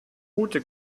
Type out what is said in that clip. ute